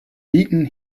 beaten